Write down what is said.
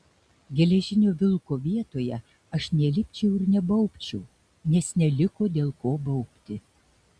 geležinio vilko vietoje aš nelipčiau ir nebaubčiau nes neliko dėl ko baubti